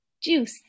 juice